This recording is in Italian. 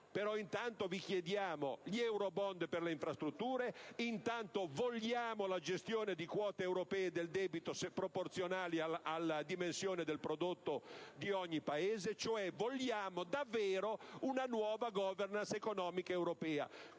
intanto vi chiediamo gli eurobond per le infrastrutture, la gestione di quote europee del debito se proporzionali alla dimensione del prodotto di ogni Paese. Cioè, vogliamo davvero una nuova *governance* economica europea,